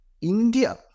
India